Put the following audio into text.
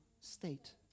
state